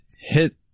hit